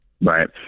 Right